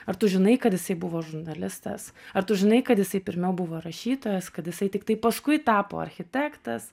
ar tu žinai kad jisai buvo žurnalistas ar tu žinai kad jisai pirmiau buvo rašytojas kad jisai tiktai paskui tapo architektas